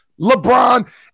LeBron